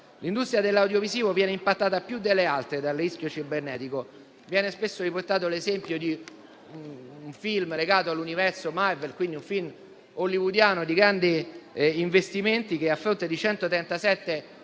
L'industria dell'audiovisivo viene impattata più delle altre dal rischio cibernetico: viene spesso riportato l'esempio di un film legato all'universo Marvel, quindi un film hollywoodiano con grandi investimenti che, a fronte di 137